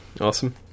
awesome